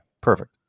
Perfect